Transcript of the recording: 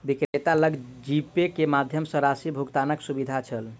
विक्रेता लग जीपे के माध्यम सॅ राशि भुगतानक सुविधा छल